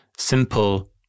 simple